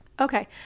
Okay